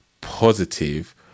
positive